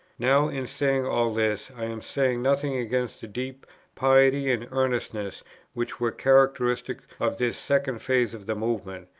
now, in saying all this, i am saying nothing against the deep piety and earnestness which were characteristics of this second phase of the movement,